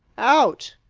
out!